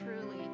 truly